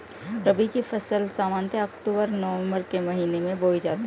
रबी की फ़सल सामान्यतः अक्तूबर नवम्बर के महीने में बोई जाती हैं